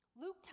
Luke